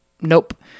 Nope